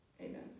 Amen